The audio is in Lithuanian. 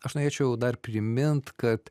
aš norėčiau dar primint kad